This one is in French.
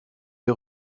est